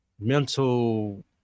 mental